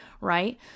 Right